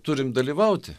turim dalyvauti